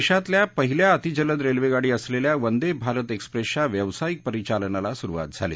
देशातल्या पहिल्या अतिजलद रेल्वेगाडी असलेल्या वंदे भारत एक्सप्रेसच्या व्यावसायिक परिचालनाला सुरुवात झाली